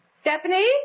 Stephanie